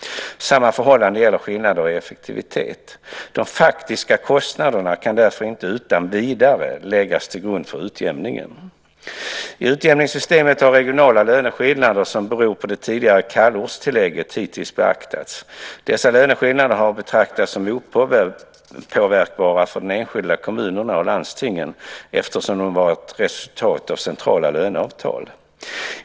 Samma förhållande gäller skillnader i effektivitet. De faktiska kostnaderna kan därför inte utan vidare läggas till grund för utjämningen. I utjämningssystemet har regionala löneskillnader som beror på det tidigare kallortstillägget hittills beaktats. Dessa löneskillnader har betraktats som opåverkbara för de enskilda kommunerna och landstingen eftersom de var ett resultat av centrala löneavtal.